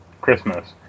Christmas